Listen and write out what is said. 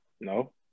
No